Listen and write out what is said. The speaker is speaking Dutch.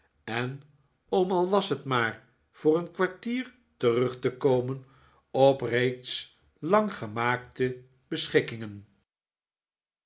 en om al was het maar voor een kwartier terug te komen op reeds lang gemaakte beschikkingen